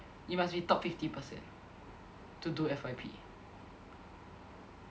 you must be top fifty percent to do F_Y_P